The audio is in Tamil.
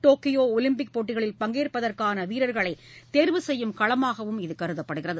டோக்கியோ ஒலிம்பிக் போட்டிகளில் பங்கேற்பதற்கான வீரர்களை தேர்வு செய்யும் களமாகவும் இது கருதப்படுகிறது